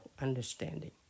understanding